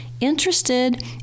interested